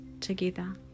together